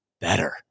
better